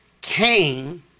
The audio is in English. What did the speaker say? Cain